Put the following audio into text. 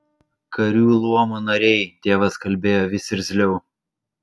karių luomo nariai tėvas kalbėjo vis irzliau